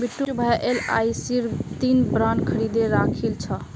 बिट्टू भाया एलआईसीर तीन बॉन्ड खरीदे राखिल छ